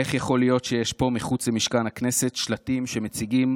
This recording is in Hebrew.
איך יכול להיות שיש פה מחוץ למשכן הכנסת שלטים שמציגים